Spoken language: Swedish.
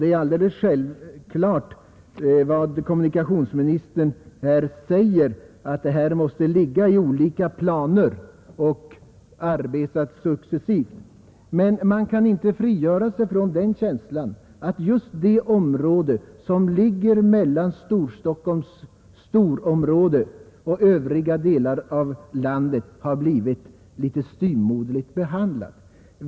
Det är alldeles självklart, som kommunikationsministern säger, att det måste ligga i olika planer och arbetas fram successivt, men man kan inte frigöra sig från känslan att just det område, som ligger mellan Stockholms storstadsområde och övriga delar av landet, har blivit litet styvmoderligt behandlat.